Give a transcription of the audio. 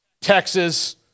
Texas